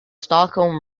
stockholm